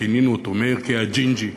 כינינו אותו, מאירק'ה הג'ינג'י,